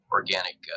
organic